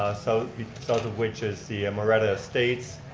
so south of which is the moretta estates,